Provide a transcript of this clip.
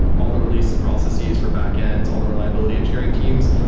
all the release processes for backends, all the reliability engineering teams.